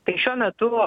tai šiuo metu